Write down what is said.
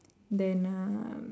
then uh